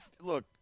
look